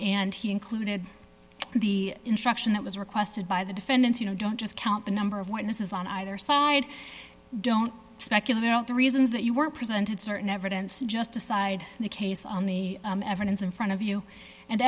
and he included the instruction that was requested by the defendants you know don't just count the number of witnesses on either side don't speculate on the reasons that you were presented certain evidence you just decide the case on the evidence in front of you and